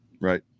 Right